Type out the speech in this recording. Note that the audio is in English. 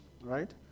right